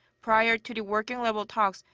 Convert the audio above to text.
prior to the working-level talks,